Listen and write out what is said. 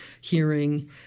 hearing